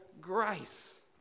grace